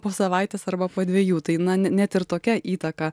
po savaitės arba po dvejų tai na ne net ir tokia įtaka